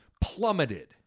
plummeted